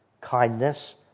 kindness